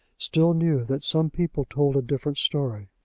still knew that some people told a different story.